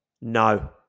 No